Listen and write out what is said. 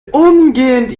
umgehend